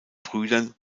brüdern